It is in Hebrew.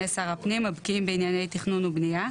שר הפנים הבקיאים בענייני תכנון ובנייה,